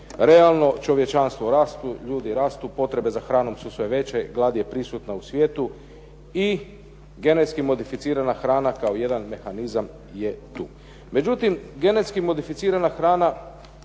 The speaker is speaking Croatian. realno. Čovječanstvo raste, ljudi rastu, potrebe za hranom su sve veće, glad je prisutna u svijetu i genetski modificirana kao jedan mehanizam je tu. Međutim, genetski modificirana hrana